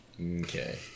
Okay